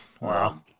Wow